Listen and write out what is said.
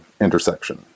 intersection